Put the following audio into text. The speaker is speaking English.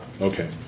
Okay